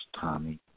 Tommy